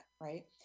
right